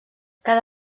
cada